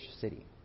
city